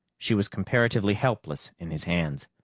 she was comparatively helpless in his hands.